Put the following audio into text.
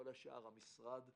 כל השאר - המשרד יסבסד.